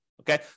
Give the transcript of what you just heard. Okay